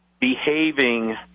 behaving